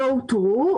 לא אותרו.